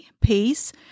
peace